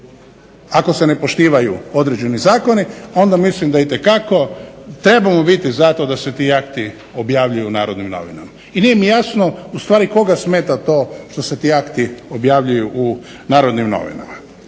Ako se ne poštivaju određeni zakoni onda mislim da itekako trebamo biti za to da se ti akti objavljuju u "Narodnim novinama". I nije mi jasno ustvari koga smeta to što se ti akti objavljuju u "Narodnim novinama".